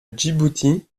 djibouti